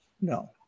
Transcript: no